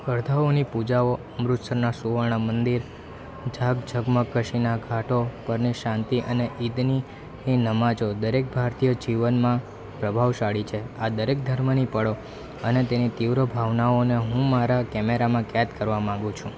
હરથાઓની પૂજાઓ અમૃતસરના સુવર્ણ મંદિર ઝાગ ઝગમગ કાશીના ઘાટો પરની શાંતિ અને ઈદની નમાજો દરેક ભારતીય જીવનમાં પ્રભાવ શાળી છે આ દરેક ધર્મની પળો અને તેની તીવ્ર ભાવનાઓને હું મારા કેમેરામાં કેદ કરવા માંગુ છું